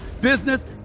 business